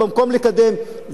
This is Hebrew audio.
צוואר בקבוק,